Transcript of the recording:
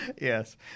Yes